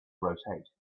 rotate